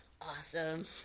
Awesome